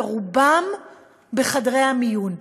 ורובם בחדרי המיון.